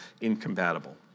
incompatible